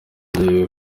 umubyeyi